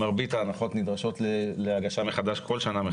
מרבית ההנחות נדרשות להגשה מחדש, כל שנה מחדש.